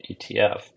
ETF